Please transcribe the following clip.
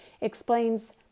explains